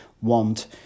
want